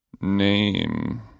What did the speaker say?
name